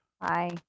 hi